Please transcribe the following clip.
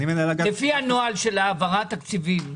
לפי הנוהל של העברת תקציבים,